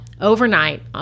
overnight